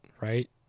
right